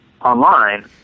online